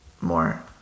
More